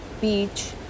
beach